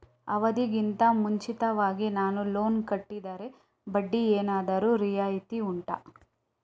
ಅವಧಿ ಗಿಂತ ಮುಂಚಿತವಾಗಿ ನಾನು ಲೋನ್ ಕಟ್ಟಿದರೆ ಬಡ್ಡಿ ಏನಾದರೂ ರಿಯಾಯಿತಿ ಉಂಟಾ